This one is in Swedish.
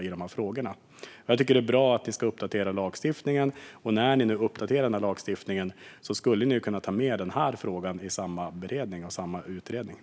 Jag tycker att det är bra att ni ska uppdatera lagstiftningen, och när ni nu ska uppdatera den skulle ni också kunna ta med denna fråga i beredningen och utredningen.